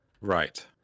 Right